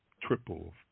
triple